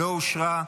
לא אושרה,